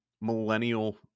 millennial